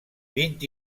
vint